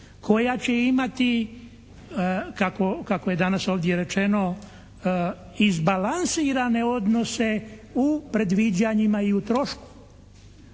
koja će imati kako je danas ovdje rečeno izbalansirane odnose u predviđanjima i u trošku.